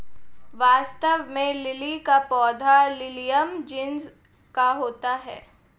वास्तव में लिली का पौधा लिलियम जिनस का होता है